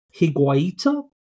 Higuaita